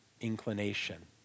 inclination